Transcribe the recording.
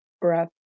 breath